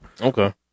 Okay